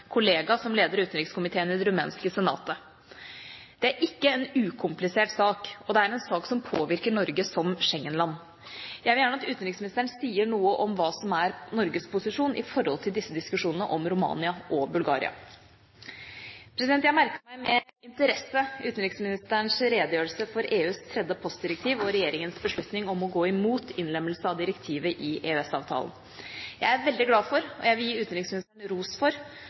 kollega som leder utenrikskomiteen i det rumenske senatet. Det er ikke en ukomplisert sak, og det er en sak som påvirker Norge som Schengen-land. Jeg vil gjerne at utenriksministeren sier noe om hva som er Norges posisjon i forhold til disse diskusjonene om Romania og Bulgaria. Jeg merket meg med interesse utenriksministerens redegjørelse for EUs tredje postdirektiv og regjeringas beslutning om å gå imot innlemmelse av direktivet i EØS-avtalen. Jeg er veldig glad for, og jeg vil gi utenriksministeren ros for,